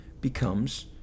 becomes